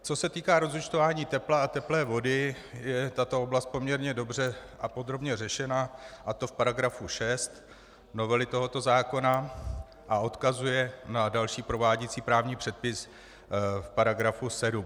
Co se týká rozúčtování tepla a teplé vody, je tato oblast poměrně dobře a podrobně řešena, a to v § 6 novely tohoto zákona, a odkazuje na další prováděcí právní předpis v § 7.